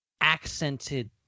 accented